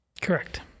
Correct